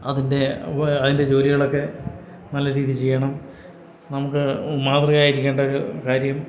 അതിന്റെ ഐന്റെ ജോലികളൊക്കെ നല്ലരീതീ ചെയ്യണം നമുക്ക് മാതൃകയായിരിക്കേണ്ടവര് കാര്യം